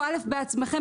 בעצמכם.